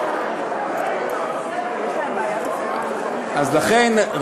אז לכן,